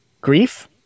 grief